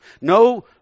No